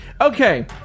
Okay